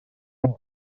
note